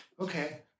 okay